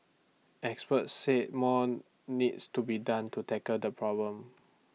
experts said more needs to be done to tackle the problem